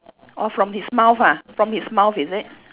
oh from his mouth ah from his mouth is it